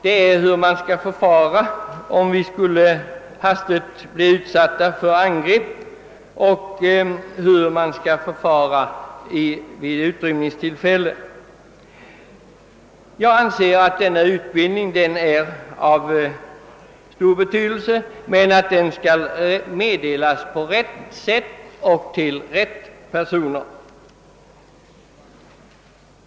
Den lär oss hur vi skall förfara om vi hastigt blir utsatta för angrepp och hur vi skall förfara vid ett utrymningstillfälle. Denna utbildning är av stor betydelse, men den skall meddelas på rätt sätt och till de rätta personerna.